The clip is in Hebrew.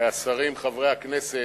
תודה רבה, השרים, חברי הכנסת,